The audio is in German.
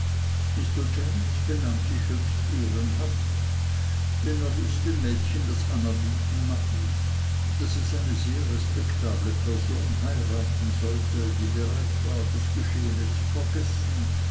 mr james benahm sich höchst ehrenhaft denn er ließ dem mädchen das anerbieten machen daß es eine sehr respektable person heiraten sollte die bereit war das geschehene zu vergessen